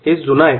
हे जुने आहे